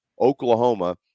Oklahoma